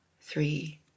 three